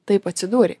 taip atsidūrei